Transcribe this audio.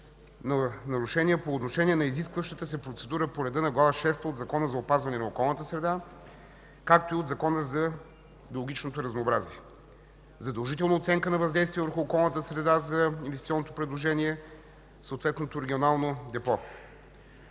нарушения по отношение на изискващата се процедура по реда на Глава шеста от Закона за опазване на околната среда, както и по Закона за биологичното разнообразие – задължителна оценка за въздействието върху околната среда на инвестиционното предложение в съответното регионално депо.